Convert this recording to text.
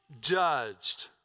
judged